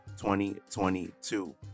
2022